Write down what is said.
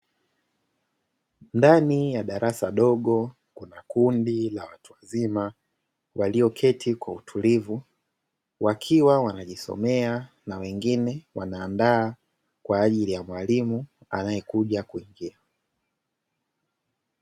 Ndani ya darasa dogo kuna kundi la watu wazima, walioketi kwa utulivu wakiwa wanajisomea, na wengine wanaandaa kwa ajili ya mwalimu anayekuja kuingia.